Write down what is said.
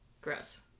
gross